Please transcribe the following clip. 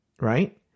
right